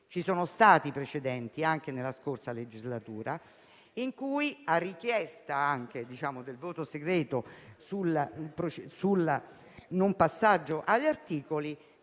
ci sono stati dei precedenti, anche nella scorsa legislatura, in cui a seguito della richiesta del voto segreto sul non passaggio agli articoli,